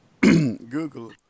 Google